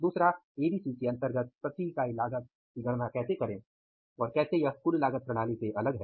दूसरा एबीसी के अंतर्गत प्रति इकाई लागत की गणना कैसे करें और कैसे यह कुल लागत प्रणाली से अलग है